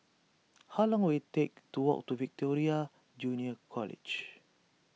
how long will it take to walk to Victoria Junior College